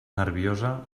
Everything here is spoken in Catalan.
nerviosa